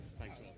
Thanks